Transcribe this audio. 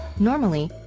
normally,